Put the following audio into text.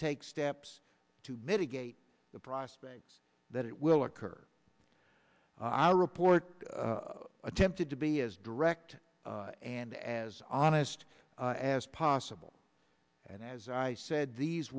take steps to mitigate the prospects that it will occur i report attempted to be as direct and as honest as possible and as i said these